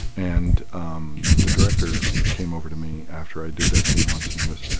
and um the director came over to me after i did that scene once and he goes,